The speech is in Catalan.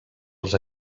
els